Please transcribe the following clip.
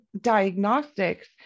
diagnostics